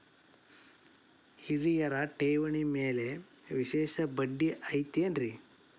ಹಿರಿಯರ ಠೇವಣಿ ಮ್ಯಾಲೆ ವಿಶೇಷ ಬಡ್ಡಿ ಐತೇನ್ರಿ?